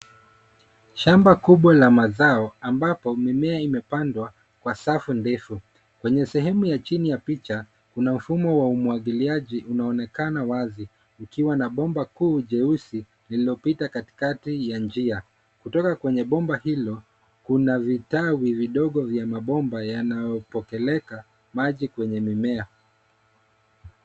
Shamba kubwa la mazao, ambapo mimea imepandwa, kwa safu ndefu. Kwenye sehemu ya chini ya picha, kuna mfumo wa umwagiliaji unaonekana wazi, ukiwa na bomba kuu jeusi, lililopita katikati ya njia. Kutoka kwenye bomba hilo, kuna vitawi vidogo vya mabomba yanayopeleka maji kwenye mimea.